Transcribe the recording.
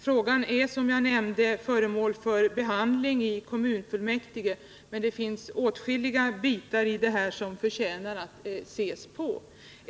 Frågan är, som jag nämnde, föremål för behandling i Stockholms kommun.